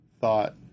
thought